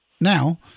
now